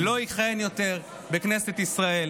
לא יכהן יותר בכנסת ישראל.